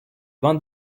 bandes